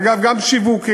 אגב, גם שיווקית